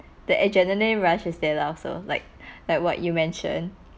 the adrenaline rush is there lah so like like what you mentioned